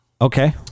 Okay